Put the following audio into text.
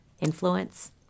influence